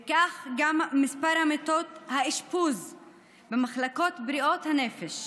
וכך גם מספר מיטות האשפוז במחלקות בריאות הנפש.